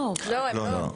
לא, הם לא.